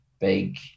big